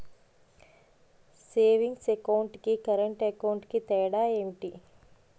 Savings account కి current account కి తేడా ఏమిటి?